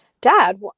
Dad